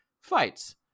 fights